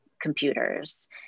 computers